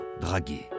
draguer